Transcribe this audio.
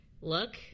look